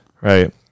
Right